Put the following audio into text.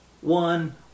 one